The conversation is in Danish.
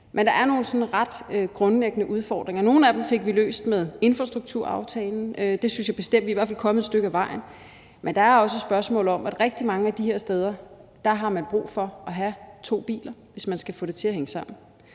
Men der er nogle ret grundlæggende udfordringer. Vi fik løst nogle af dem med infrastrukturaftalen. Vi er i hvert fald kommet et stykke ad vejen. Men det er også et spørgsmål om, at man rigtig mange af de her steder har brug for at have to biler, hvis man skal have det til at hænge sammen.